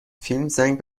فیلم، زنگ